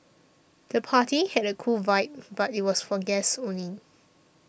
the party had a cool vibe but was for guests only